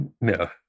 No